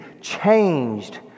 changed